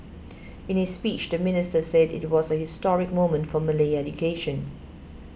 in his speech the minister said it was a historic moment for Malay education